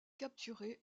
capturé